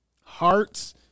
Hearts